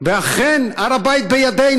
ואכן הר הבית בידנו,